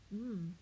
hmm